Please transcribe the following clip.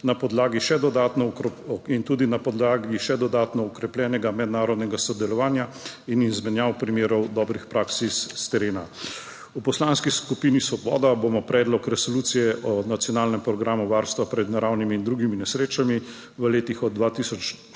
na podlagi še dodatno okrepljenega mednarodnega sodelovanja in izmenjav primerov dobrih praks s terena. V Poslanski skupini Svoboda bomo Predlog resolucije o nacionalnem programu varstva pred naravnimi in drugimi nesrečami v letih od 2024